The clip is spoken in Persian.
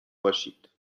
باشید